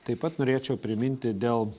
taip pat norėčiau priminti dėl